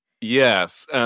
Yes